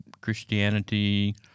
Christianity